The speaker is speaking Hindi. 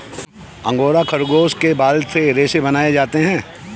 अंगोरा खरगोश के बाल से रेशे बनाए जाते हैं